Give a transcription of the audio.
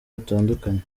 butandukanye